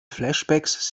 flashbacks